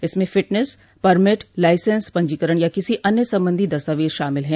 इसमें fitness permit licence पंजीकरण या किसी अन्य संबंधी दस्तावेज शामिल हैं